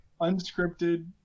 unscripted